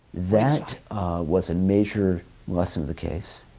that was a major lesson of the case.